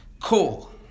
cool